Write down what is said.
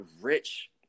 rich